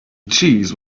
cheese